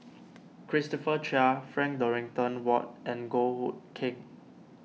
Christopher Chia Frank Dorrington Ward and Goh Hood Keng